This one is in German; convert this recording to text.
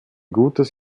gutes